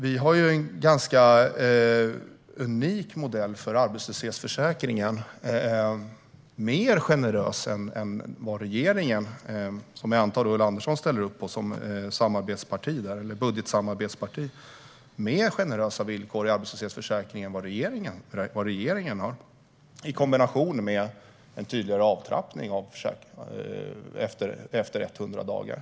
Vi har en ganska unik modell för arbetslöshetsförsäkringen. Den har mer generösa villkor än regeringens - som jag antar att Ulla Andersson ställer sig bakom eftersom Vänsterpartiet är regeringens budgetsamarbetsparti - i kombination med en tydligare avtrappning av försäkringen efter 100 dagar.